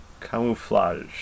Camouflage